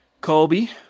Colby